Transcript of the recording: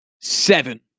Seven